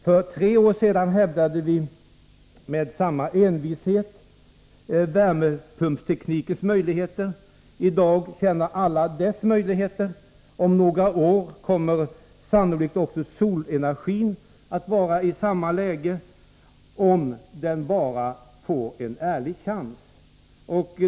För tre år sedan hävdade vi med samma envishet värmepumpsteknikens möjligheter. I dag känner alla till den teknikens möjligheter. Om några år kommer sannolikt också solenergin att vara i samma läge, om den bara får en ärlig chans.